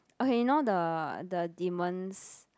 okay you know the the demon's